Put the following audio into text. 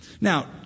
Now